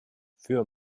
für